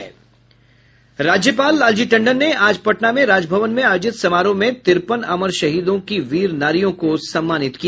राज्यपाल लालजी टंडन ने आज पटना में राजभवन में आयोजित समारोह में तिरपन अमर शहीदों की वीर नारियों को सम्मानित किया